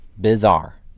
Bizarre